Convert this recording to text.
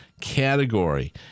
category